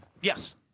Yes